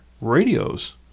radios